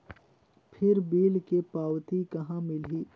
फिर बिल के पावती कहा मिलही?